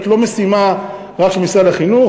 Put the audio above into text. וזו לא משימה רק של משרד החינוך,